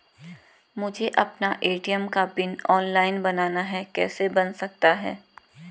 मुझे अपना ए.टी.एम का पिन ऑनलाइन बनाना है कैसे बन सकता है?